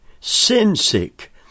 sin-sick